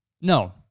No